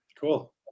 Cool